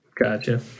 Gotcha